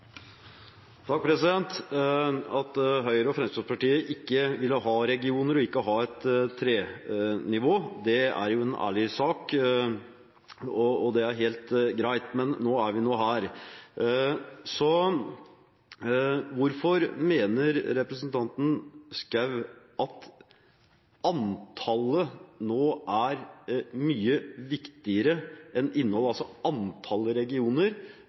en ærlig sak, og det er helt greit, men nå er vi nå her. Hvorfor mener representanten Schou at antallet er mye viktigere enn innholdet, altså at antallet regioner